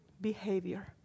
behavior